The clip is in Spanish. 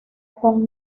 con